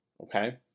okay